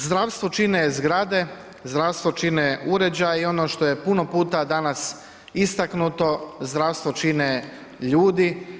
Zdravstvo čine zgrade, zdravstvo čine uređaji i ono što je puno puta danas istaknuto zdravstvo čine ljudi.